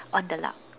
on the luck